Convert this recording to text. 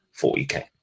40k